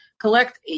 collect